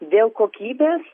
dėl kokybės